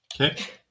Okay